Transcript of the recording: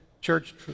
church